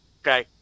okay